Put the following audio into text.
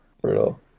brutal